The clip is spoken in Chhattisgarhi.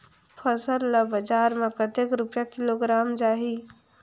फसल ला बजार मां कतेक रुपिया किलोग्राम जाही?